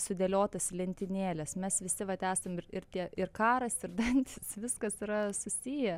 sudėliotas į lentynėles mes visi vat esam ir ir tie ir karas ir dantys viskas yra susiję